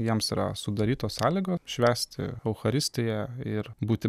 jiems yra sudarytos sąlygo švęsti eucharistiją ir būti